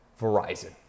Verizon